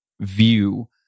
view